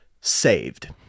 saved